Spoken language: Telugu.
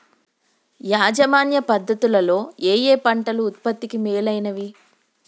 యాజమాన్య పద్ధతు లలో ఏయే పంటలు ఉత్పత్తికి మేలైనవి?